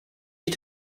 ich